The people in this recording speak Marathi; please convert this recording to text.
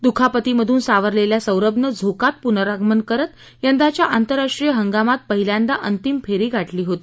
दुखापतीमधून सावरलेल्या सौरभनं झोकात पुनरागमन करत यंदाच्या आंतरराष्ट्रीय हंगामात पहिल्यांदा अंतिम फेरी गाठली होती